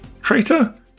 Traitor